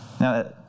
Now